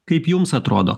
kaip jums atrodo